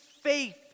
faith